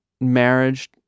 marriage